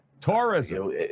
Tourism